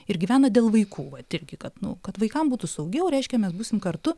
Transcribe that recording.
ir gyvena dėl vaikų vat irgi kad nu kad vaikam būtų saugiau reiškia mes būsim kartu